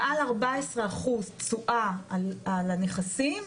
מעל 14% תשואה על הנכסים,